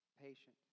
patient